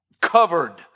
covered